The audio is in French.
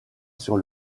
sur